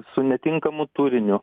su netinkamu turiniu